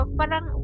parang